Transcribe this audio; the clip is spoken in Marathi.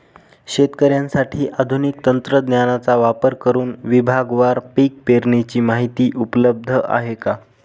शेतकऱ्यांसाठी आधुनिक तंत्रज्ञानाचा वापर करुन विभागवार पीक पेरणीची माहिती उपलब्ध आहे का?